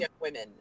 women